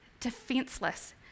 defenseless